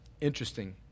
Interesting